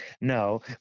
No